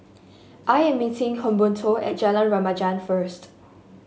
I am meeting Humberto at Jalan Remaja first